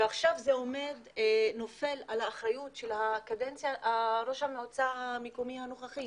ועכשיו זה נופל באחריות של ראש המועצה המקומית הנוכחי,